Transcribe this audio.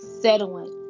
settling